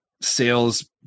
sales